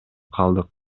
калдык